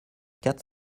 quatre